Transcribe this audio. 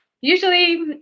usually